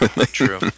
True